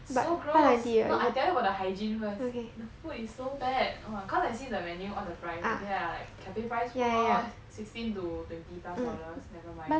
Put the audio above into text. so gross no I tell you about the hygiene first the food is so bad oh my cause I see the menu all the price okay lah like cafe price food lor sixteen to twenty plus dollars never mind